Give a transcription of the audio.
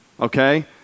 Okay